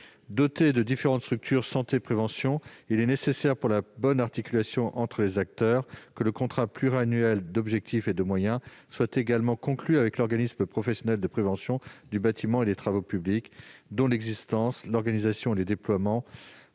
doté de différentes structures « santé prévention », il est nécessaire pour la bonne articulation entre les acteurs que le contrat pluriannuel d'objectifs et de moyens (CPOM) soit également conclu avec l'organisme professionnel de prévention du bâtiment et des travaux publics (OPPBTP), dont l'existence, l'organisation et le déploiement